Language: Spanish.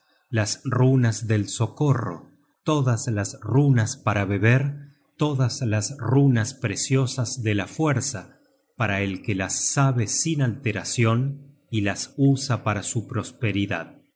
las runas del socorro todas las runas para beber todas las runas preciosas de la fuerza para el que las sabe sin alteracion y las usa para su prosperidad